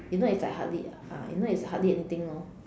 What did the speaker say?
if not it's like hardly ah if not it's hardly anything lor